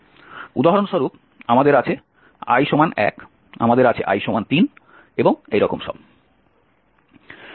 উদাহরণস্বরূপ আমাদের আছে i 1 আমাদের আছে i 3 এবং এই রকম সব